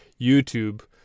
YouTube